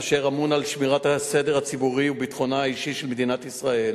אשר אמון על שמירת הסדר הציבורי והביטחון האישי של תושבי מדינת ישראל,